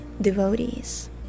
devotees